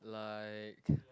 like